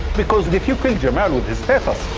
because the if you kill jamal with his papers,